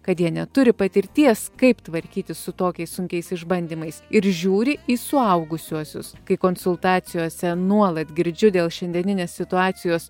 kad jie neturi patirties kaip tvarkytis su tokiais sunkiais išbandymais ir žiūri į suaugusiuosius kai konsultacijose nuolat girdžiu dėl šiandieninės situacijos